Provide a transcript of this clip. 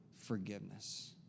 forgiveness